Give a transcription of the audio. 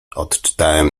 odczytałem